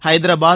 Hyderabad